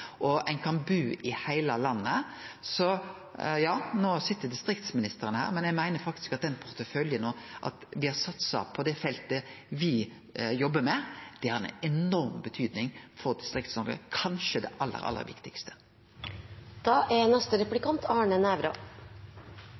og gjere at ein kan bu i heile landet. No sit distriktsministeren her, men eg meiner faktisk at den porteføljen og at me har satsa på det feltet me jobbar med, har ei enorm betydning for Distrikts-Noreg, og kanskje er det aller, aller viktigaste. Nå er